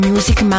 Music